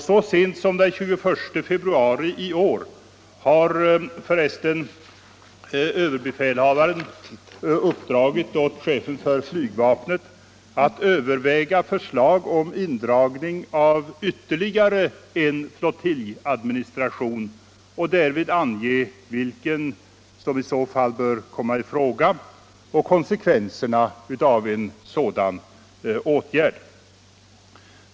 Så sent som den 21 februari i år har f. ö. överbefälhavaren uppdragit åt chefen för flygvapnet att överväga förslag om indragning av ytterligare en flottiljadministration och därvid ange vilken som i så fall bör komma i fråga samt konsekvenserna av en sådan åtgärd.